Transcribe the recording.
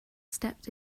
stepped